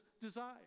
desire